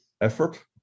effort